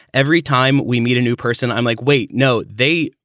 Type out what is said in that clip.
every time we meet a new person, i'm like, wait, no, they.